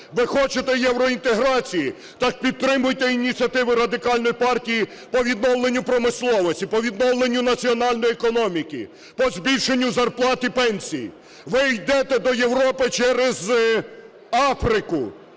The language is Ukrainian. Ви хочете євроінтеграцію - так підтримуйте ініціативи Радикальної партії по відновленню промисловості, по відновленню національної економіки, по збільшенню зарплат і пенсій. Ви йдете до Європи через Африку.